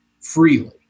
freely